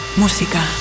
música